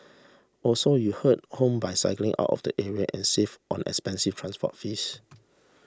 also you head home by cycling out of the area and save on expensive transport fees